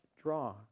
draw